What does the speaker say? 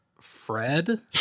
Fred